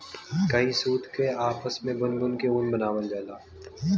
कई सूत के आपस मे बुन बुन के ऊन बनावल जाला